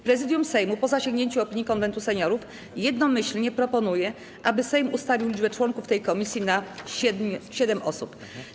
Prezydium Sejmu, po zasięgnięciu opinii Konwentu Seniorów, jednomyślnie proponuje, aby Sejm ustalił liczbę członków tej komisji na siedem osób.